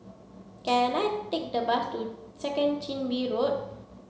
can I take the bus to Second Chin Bee Road